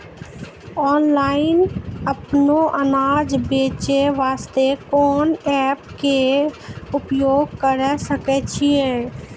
Online अपनो अनाज बेचे वास्ते कोंन एप्प के उपयोग करें सकय छियै?